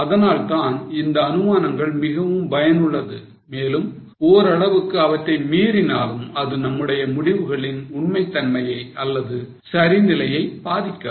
அதனால்தான் இந்த அனுமானங்கள் மிகவும் பயனுள்ளது மேலும் ஓரளவுக்கு அவற்றை மீறினாலும் அது நம்முடைய முடிவுகளின் உண்மைத்தன்மையை அல்லது சரி நிலையை பாதிக்காது